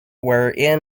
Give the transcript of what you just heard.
where